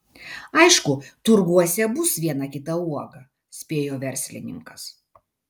aišku turguose bus viena kita uoga spėjo verslininkas